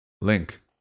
Link